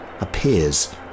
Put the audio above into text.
appears